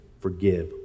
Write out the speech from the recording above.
forgive